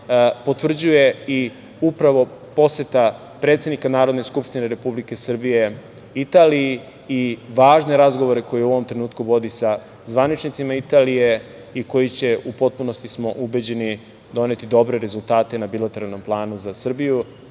potvrđuje i upravo poseta predsednika Narodne skupštine Republike Srbije Italiji i važne razgovore koje u ovom trenutku vodi sa zvaničnicima Italije i koji će, u potpunosti smo ubeđeni, doneti dobre rezultate na bilateralnom planu za Srbiju,